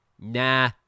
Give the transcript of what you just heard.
nah